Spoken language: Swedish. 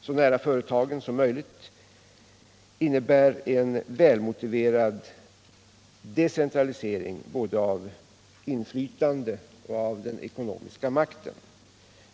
så nära företagen som möjligt innebär en välmotiverad decentralisering av både inflytande och ekonomisk makt.